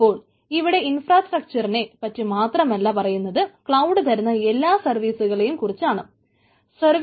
അപ്പോൾ ഇവിടെ ഇൻഫ്രാസ്ട്രക്ച്ചറിനെ പറ്റി മാത്രമല്ല പറയുന്നത് ക്ലൌഡ് തരുന്ന എല്ലാ സർവീസുകളെയും കുറിച്ച് ആണ്